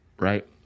right